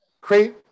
create